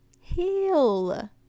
Heal